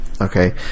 Okay